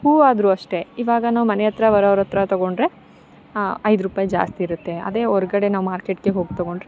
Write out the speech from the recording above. ಹೂವಾದ್ರೂ ಅಷ್ಟೇ ಇವಾಗ ನಾವು ಮನೆ ಹತ್ರ ಬರೋವ್ರ ಹತ್ರ ತಗೊಂಡರೆ ಐದು ರೂಪಾಯಿ ಜಾಸ್ತಿ ಇರುತ್ತೆ ಅದೇ ಹೊರ್ಗಡೆ ನಾವು ಮಾರ್ಕೆಟ್ಗೆ ಹೋಗಿ ತಗೊಂಡರೆ